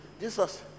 Jesus